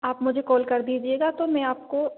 आप मुझे कॉल कर दीजिएगा तो मैं आपको